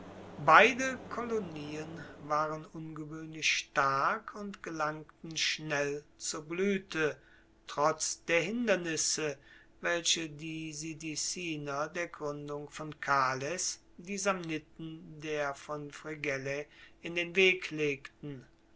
beide kolonien waren ungewoehnlich stark und gelangten schnell zur bluete trotz der hindernisse welche die sidiciner der gruendung von cales die samniten der von fregellae in den weg legten